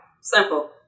Simple